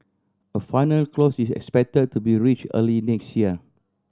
a final closes is expect to be reach early next year